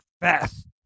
fast